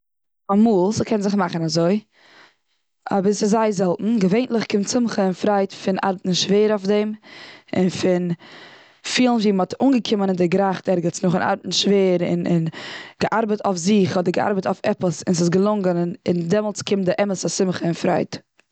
אמאל ס'קען זיך מאכן אזוי, אבער ס'איז זייער זעלטן. געווענדליך קומט שמחה און פרייד פון ארבעטן שווער אויף דעם. און פון פילן ווי מ'האט אנגעקומען און דערגרייכט ערגעץ נאכן ארבעטן שווער, און, און געארבעט אויף זיך, אדער געארבעט אויף עפעס און ס'איז געלונגען. און, און דעמאלץ קומט די אמת'ע שמחה און פרייד.